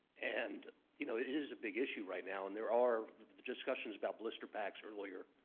and you know it is a big issue right now, and there are discussions about blister packs earlier.